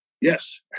Yes